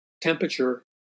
temperature